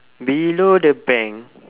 below the bank